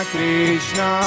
Krishna